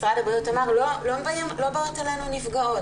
משרד הבריאות אמר: לא באות אלינו נפגעות.